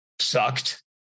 sucked